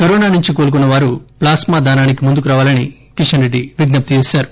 corona నుంచి కోలుకున్న వారు ప్లాస్మా దానానికి ముందుకు రావాలని కిషన్రెడ్డి విజ్ఞప్తి చేశారు